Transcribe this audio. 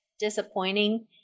disappointing